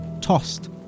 tossed